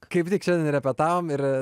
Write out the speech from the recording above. kaip tik šiandien repetavom ir